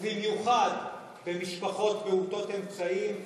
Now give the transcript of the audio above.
ובמיוחד במשפחות מעוטות אמצעים,